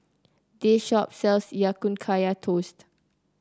this shop sells Ya Kun Kaya Toast